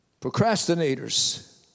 Procrastinators